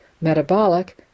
metabolic